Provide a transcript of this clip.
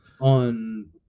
on